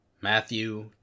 Matthew